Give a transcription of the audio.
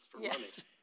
Yes